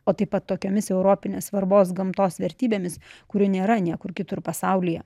o taip pat tokiomis europinės svarbos gamtos vertybėmis kurių nėra niekur kitur pasaulyje